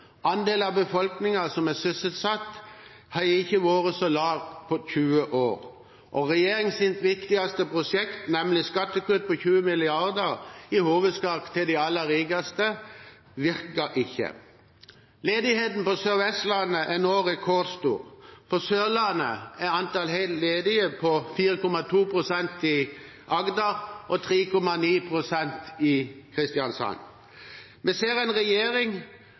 Andelen av befolkningen som er sysselsatt, har ikke vært så lav på 20 år, og regjeringens viktigste prosjekt, nemlig skattekutt på 20 mrd. kr, i hovedsak til de aller rikeste, virker ikke. Ledigheten på Sør-Vestlandet er nå rekordstor. På Sørlandet er antallet helt ledige på 4,2 pst. i Agder og 3,9 pst. i Kristiansand. Vi ser en regjering